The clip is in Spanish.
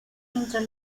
mientras